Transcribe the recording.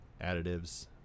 additives